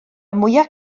mwyaf